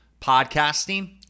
podcasting